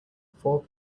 four